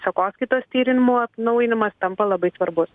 sekoskaitos tyrimų atnaujinimas tampa labai svarbus